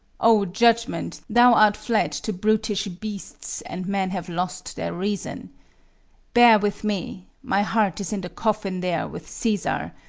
oh, judgment, thou art fled to brutish beasts and men have lost their reason bear with me my heart is in the coffin there with caesar,